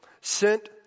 sent